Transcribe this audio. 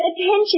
attention